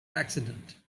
accident